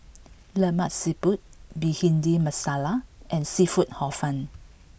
Lemak Siput Bhindi Masala and seafood Hor Fun